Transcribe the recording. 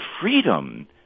freedom